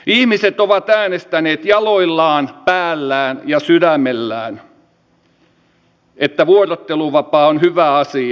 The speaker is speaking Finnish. ihmiset ovat äänestäneet jaloillaan päällään ja sydämellään että vuorotteluvapaa on hyvä asia